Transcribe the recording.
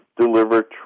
deliver